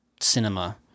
cinema